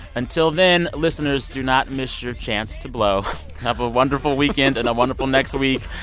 until then, listeners, do not miss your chance to blow have a wonderful weekend and a wonderful next week.